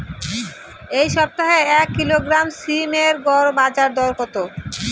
এই সপ্তাহে এক কিলোগ্রাম সীম এর গড় বাজার দর কত?